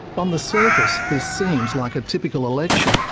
on the surface this seems like a typical election.